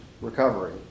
recovery